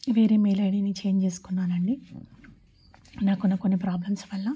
వేరే మెయిల్ ఐడీని చేంజ్ చేసుకున్నానండి నాకున్న కొన్ని ప్రాబ్లమ్స్ వల్ల